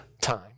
time